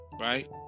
right